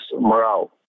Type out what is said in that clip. morale